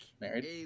Married